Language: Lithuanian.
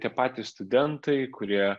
tie patys studentai kurie